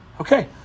Okay